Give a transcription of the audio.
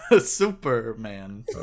Superman